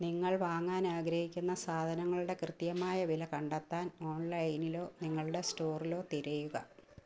നിങ്ങൾ വാങ്ങാൻ ആഗ്രഹിക്കുന്ന സാധനങ്ങളുടെ കൃത്യമായ വില കണ്ടെത്താൻ ഓൺലൈനിലോ നിങ്ങളുടെ സ്റ്റോറിലോ തിരയുക